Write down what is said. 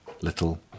little